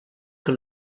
que